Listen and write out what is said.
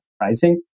pricing